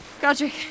Godric